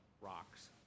rocks